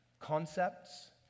concepts